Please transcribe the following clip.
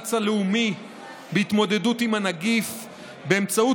במאמץ הלאומי בהתמודדות עם הנגיף באמצעות